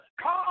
call